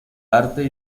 arte